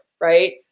right